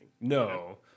No